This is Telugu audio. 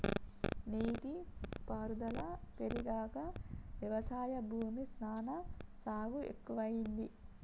నీటి పారుదల పెరిగాక వ్యవసాయ భూమి సానా సాగు ఎక్కువైంది